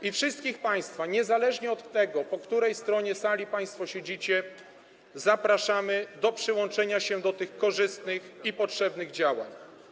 I wszystkich państwa niezależnie od tego, po której stronie sali państwo siedzicie, zapraszamy do przyłączenia się do tych korzystnych i potrzebnych działań.